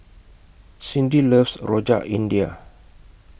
Cindi loves Rojak India